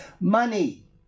money